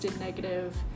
negative